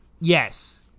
Yes